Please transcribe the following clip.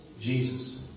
Jesus